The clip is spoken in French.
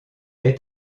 est